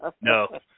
No